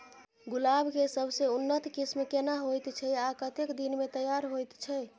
गुलाब के सबसे उन्नत किस्म केना होयत छै आ कतेक दिन में तैयार होयत छै?